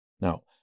Now